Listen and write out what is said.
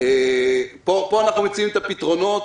פה אנחנו מציעים את הפתרונות.